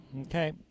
Okay